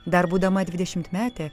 dar būdama dvidešimtmetė